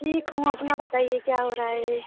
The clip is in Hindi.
ठीक हूँ अपना बताइए क्या हो रहा है